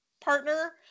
partner